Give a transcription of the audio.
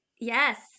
yes